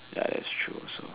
ya that's true also